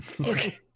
Okay